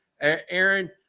Aaron